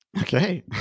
Okay